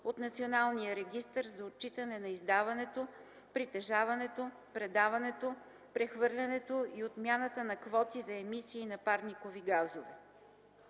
от националния регистър за отчитане на издаването, притежаването, предаването, прехвърлянето и отмяната на квоти за емисии на парникови газове.”;